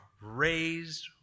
raised